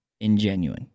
ingenuine